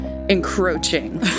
Encroaching